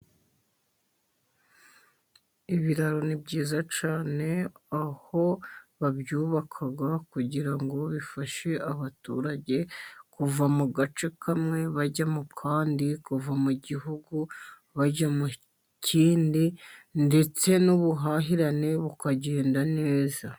Ibiraro ni byiza cyane aho babyubaka kugira ngo bifashe abaturage kuva mu gace kamwe bajya mu kandi, kuva mu gihugu bajya mu kindi, ndetse n'ubuhahirane bukagenda neza.